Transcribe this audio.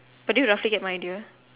but do you roughly get my idea